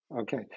okay